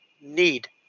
need